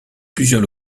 plusieurs